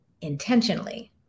intentionally